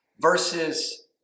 versus